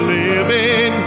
living